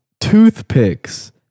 toothpicks